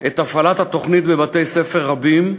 את הפעלת התוכנית בבתי-ספר רבים,